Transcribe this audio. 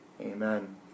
Amen